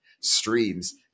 streams